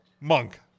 monk